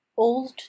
Old